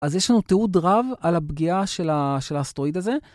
אז יש לנו תיעוד רב על הפגיעה של האסטרואיד הזה.